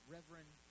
Reverend